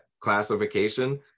classification